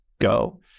go